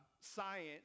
science